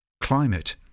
Climate